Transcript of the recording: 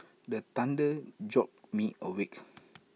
the thunder jolt me awake